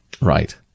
right